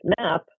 map